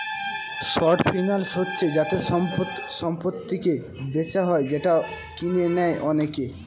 short finance হচ্ছে যাতে সম্পত্তিকে বেচা হয় যেটা কিনে নেয় অনেকে